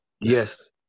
yes